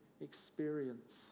experience